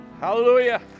Hallelujah